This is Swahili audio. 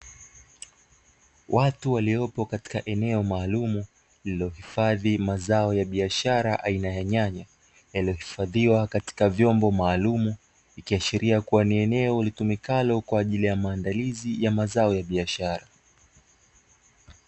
Watu waliopo katika eneo maalumu lililohifadhi mazao ya biashara aina ya nyanya, yaliyohifadhiwa katika vyombo maalumu; ikiashiria kuwa ni eneo litumikalo kwa ajili ya maandalizi ya mazao ya biashara.